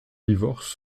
divorce